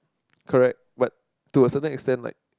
correct but toward certain extent like